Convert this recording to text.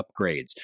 upgrades